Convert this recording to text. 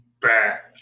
back